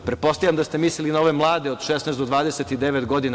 Pretpostavljam da ste mislili na ove mlade od 16 do 29 godina.